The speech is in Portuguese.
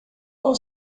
qual